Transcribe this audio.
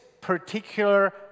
particular